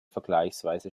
vergleichsweise